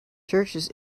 churches